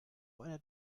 einer